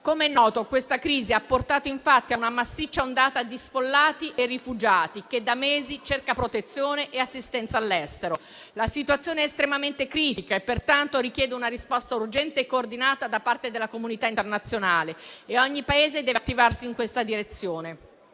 Come è noto, tale crisi ha portato ad una massiccia ondata di sfollati e rifugiati che da mesi cercano protezione e assistenza all'estero. La situazione è estremamente critica e pertanto richiede una risposta urgente e coordinata da parte della comunità internazionale. Ogni Paese deve attivarsi in questa direzione.